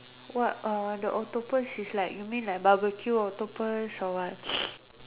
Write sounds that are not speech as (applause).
what uh the octopus is like you mean like barbecue octopus or what (noise)